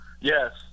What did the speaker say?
yes